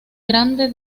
grande